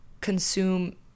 consume